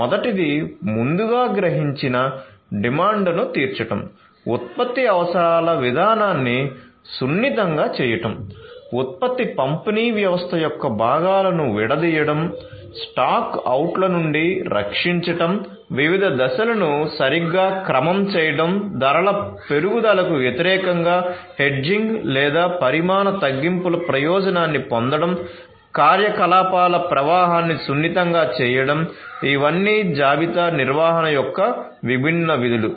మొదటిది ముందుగా గ్రహించిన డిమాండ్ను తీర్చడం ఉత్పత్తి అవసరాల విధానాన్ని సున్నితంగా చేయడం ఉత్పత్తి పంపిణీ వ్యవస్థ యొక్క భాగాలను విడదీయడం స్టాక్ అవుట్ల నుండి రక్షించడం వివిధ దశలను సరిగ్గా క్రమం చేయడం ధరల పెరుగుదలకు వ్యతిరేకంగా హెడ్జింగ్ లేదా పరిమాణ తగ్గింపుల ప్రయోజనాన్ని పొందడం కార్యకలాపాల ప్రవాహాన్ని సున్నితంగా చేయడం ఇవన్నీ జాబితా నిర్వహణ యొక్క విభిన్న విధులు